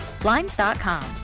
Blinds.com